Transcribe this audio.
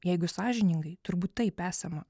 jeigu sąžiningai turbūt taip esama